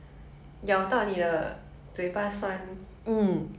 有时我不喜欢吃乌冬面是因为